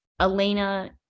Elena